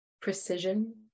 precision